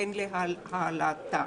בין להעלאתה,